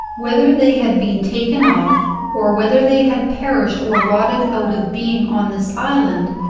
whether they had been taken off, or whether they had perished or rotted out of being on this island,